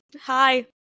hi